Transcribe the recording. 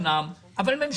אמנם ממשלה רעה, אבל ממשלה.